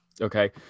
Okay